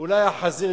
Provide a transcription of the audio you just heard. אולי החזיר,